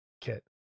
kit